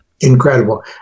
incredible